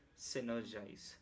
synergize